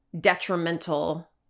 detrimental